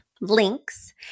links